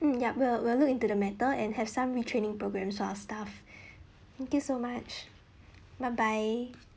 mm yup we'll we'll look into the matter and have some retraining programmes for our staff thank you so much bye bye